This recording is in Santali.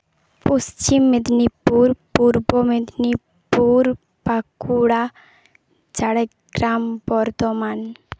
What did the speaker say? ᱯᱚᱪᱷᱤᱢ ᱢᱮᱫᱽᱱᱤᱯᱩᱨ ᱯᱩᱨᱵᱚ ᱢᱮᱫᱽᱱᱤᱯᱩᱨ ᱵᱟᱸᱠᱩᱲᱟ ᱡᱷᱟᱲᱜᱨᱟᱢ ᱵᱚᱨᱫᱚᱢᱟᱱ